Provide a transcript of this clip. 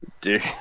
dude